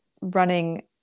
running